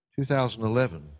2011